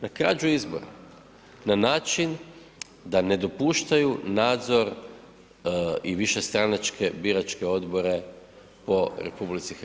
Na krađu izbora, na način da ne dopuštaju nadzor i višestranačke biračke odbore po RH.